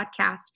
podcast